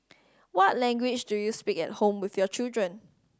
what language do you speak at home with your children